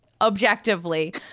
Objectively